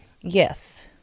Yes